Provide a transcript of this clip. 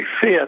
fit